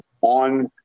on